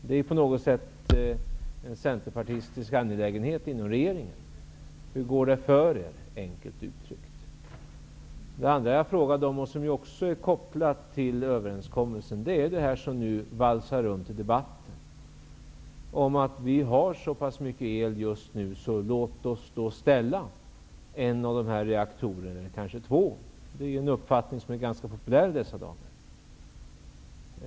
Det är på något sätt en centerpartistisk angelägenhet inom regeringen. Enkelt uttryckt: Hur går det för er? Det andra som jag frågade om och som också är kopplat till överenskommelsen är det som nu valsar runt i debatten, nämligen att vi nu har så pass mycket el att vi kan ställa av en av dessa reaktorer eller möjligen två. Det är en uppfattning som är ganska populär i dessa dagar.